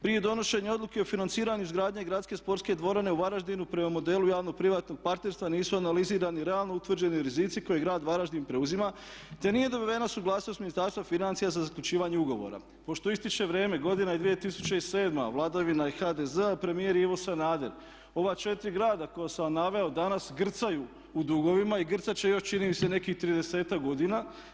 Prije donošenja odluke o financiranju izgradnje gradske sportske dvorane u Varaždinu prema modelu javno-privatnog partnerstva nisu analizirani realno utvrđeni rizici koje grad Varaždin preuzima te nije dobivena suglasnost Ministarstva financija za zaključivanje ugovora." Pošto istječe vrijeme, godina je 2007., vladavina je HDZ-a premijer Ivo Sanader ova 4 grada koja sam vam naveo danas grcaju u dugovima i grcat će još čini mi se nekih 30-ak godina.